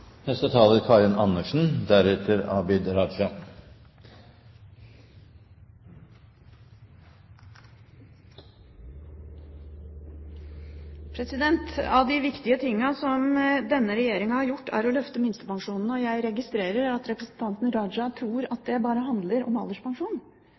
av det viktige denne regjeringen har gjort, er å løfte minstepensjonene. Jeg registrerer at representanten Raja tror at